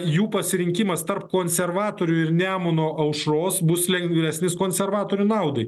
jų pasirinkimas tarp konservatorių ir nemuno aušros bus lengvesnis konservatorių naudai